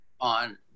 on